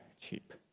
cheap